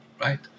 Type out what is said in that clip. right